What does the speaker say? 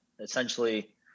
essentially